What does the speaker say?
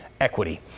equity